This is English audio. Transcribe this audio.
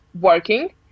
working